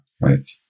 right